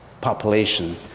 population